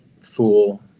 fool